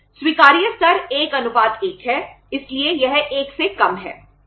स्वीकार्य स्तर 1 1 है इसलिए यह 1 से कम है